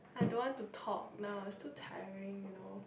I don't want to talk now it's too tiring you know